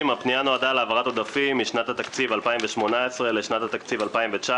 הפנייה נועדה להעברת עודפים משנת התקציב 2018 לשנת התקציב 2019,